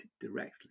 directly